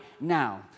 now